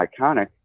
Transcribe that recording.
iconic